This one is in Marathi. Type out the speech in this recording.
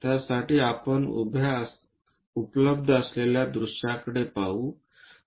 त्यासाठी आपण उपलब्ध असलेल्या दृश्यांकडे पाहू